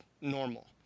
normal